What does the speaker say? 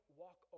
walk